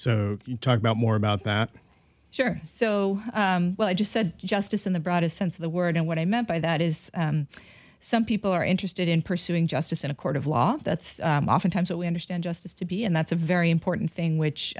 so talk about more about that sure so well i just said justice in the broadest sense of the word and what i meant by that is some people are interested in pursuing justice in a court of law that's oftentimes what we understand justice to be and that's a very important thing which